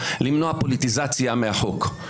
למנוע פוליטיזציה מהחוק.